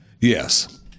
yes